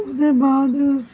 ओहदे बाद